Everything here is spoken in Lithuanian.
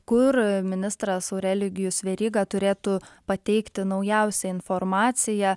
kur ministras aurelijus veryga turėtų pateikti naujausią informaciją